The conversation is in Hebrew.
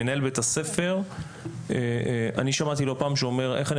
שמעתי לא פעם מנהל בית ספר שאומר: מה אני